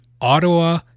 Ottawa